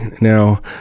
now